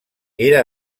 era